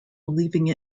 believing